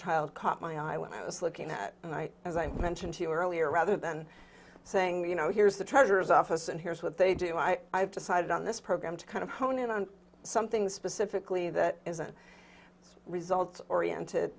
child caught my eye when i was looking and i as i mentioned to you earlier rather than saying you know here's the treasurer's office and here's what they do i have decided on this program to kind of hone in on something specifically that is a it's results oriented